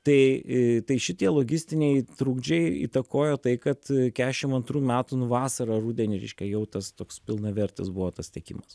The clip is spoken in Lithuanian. tai tai šitie logistiniai trukdžiai įtakojo tai kad kešim antrų metų nu vasarą rudenį reiškia jau tas toks pilnavertis buvo tas tiekimas